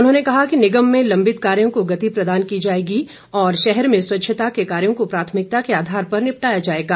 उन्होंने कहा कि निगम में लंबित कार्यों को गति प्रदान की जाएगी और शहर में स्वच्छता के कार्यों को प्राथमिकता के आधार पर निपटाया जाएगा